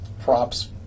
props